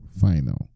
final